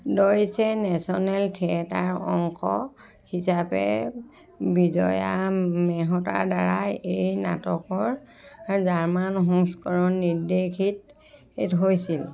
ডইছে national theatre অংশ হিচাপে বিজয়া মেহতাৰ দ্বাৰা এই নাটকৰ জাৰ্মান সংস্কৰণ নিৰ্দেশিত হৈছিল